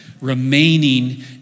Remaining